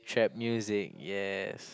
Trap music yes